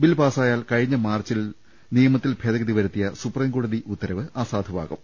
bill പാസായാൽ കഴിഞ്ഞ മാർച്ചിൽ നിയമത്തിൽ ഭേദഗതി വരുത്തിയ സുപ്രീം കോടതി ഉത്തരവ് അസാധുവാകും